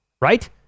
right